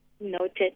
Noted